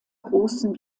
großen